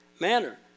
manner